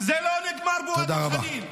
זה לא נגמר בוואדי אל-ח'ליל.